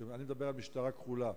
אני מדבר על משטרה כחולה,